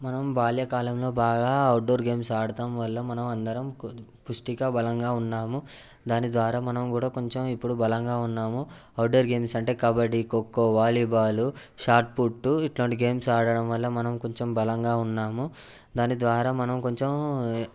మనం బాల్యకాలంలో బాగా అవుట్డోర్ గేమ్స్ ఆడడం వల్ల మనం అందరం పుష్టిగా బలంగా ఉన్నాము దాని ద్వారా మనం కూడా కొంచెం ఇప్పుడు బలంగా ఉన్నాము అవుట్డోర్ గేమ్స్ అంటే kabaddi kho kho volleyball shot put ఇటువంటి గేమ్స్ ఆడడం వల్ల మనం కొంచెం బలంగా ఉన్నాము దాని ద్వారా మనం కొంచెం